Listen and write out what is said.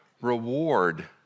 reward